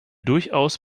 durchaus